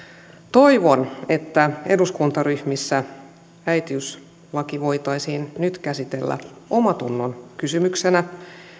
toivon että eduskuntaryhmissä äitiyslaki voitaisiin nyt käsitellä omantunnon kysymyksenä